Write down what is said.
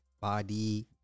body